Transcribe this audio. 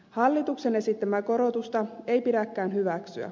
hallituksen esittämää korotusta ei pidäkään hyväksyä